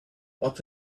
what